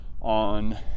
on